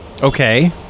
Okay